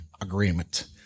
agreement